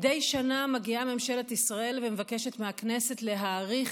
מדי שנה מגיעה ממשלת ישראל ומבקשת מהכנסת להאריך